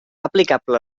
aplicable